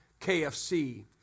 KFC